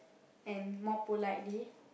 and more politely